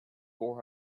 four